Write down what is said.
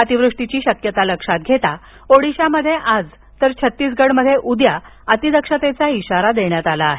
अतिवृष्टीची शक्यता लक्षात घेता ओडिशा मध्ये आज तर छत्तीसगड मध्ये उद्या अतिदक्षतेचा इशारा देण्यात आला आहे